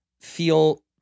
feel